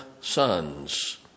sons